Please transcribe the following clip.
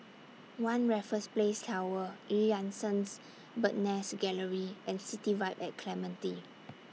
one Raffles Place Tower EU Yan Sang Bird's Nest Gallery and City Vibe At Clementi